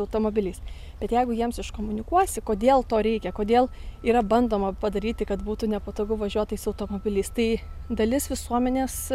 automobiliais bet jeigu jiems iškomunikuosi kodėl to reikia kodėl yra bandoma padaryti kad būtų nepatogu važiuot tais automobiliais tai dalis visuomenės